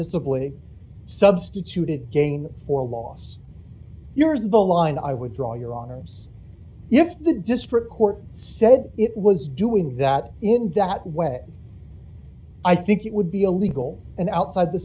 permissibly substituted gain or loss yours the line i would draw your honor if the district court said it was doing that in that way i think it would be illegal and outside the